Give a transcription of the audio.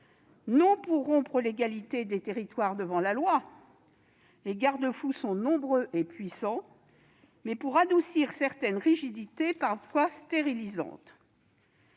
non pour rompre l'égalité des territoires devant la loi- les garde-fous sont nombreux et puissants -, mais pour adoucir certaines rigidités parfois stérilisantes.